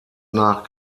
nach